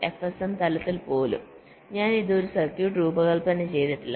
FSM തലത്തിൽ പോലും ഞാൻ ഇതുവരെ സർക്യൂട്ട് രൂപകല്പന ചെയ്തിട്ടില്ല